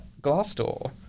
Glassdoor